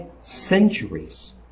centuries